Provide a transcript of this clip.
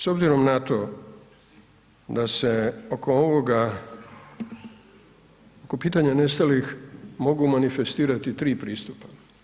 S obzirom na to da se oko ovoga oko pitanja nestalih mogu manifestirati tri pristupa.